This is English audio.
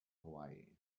hawaii